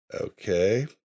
Okay